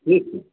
ठीक छै